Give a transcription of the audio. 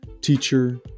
teacher